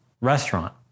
Restaurant